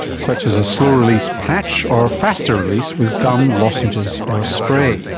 such as a slow-release patch or faster release with gum, lozenges or a spray.